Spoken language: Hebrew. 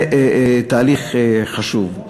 זה תהליך חשוב.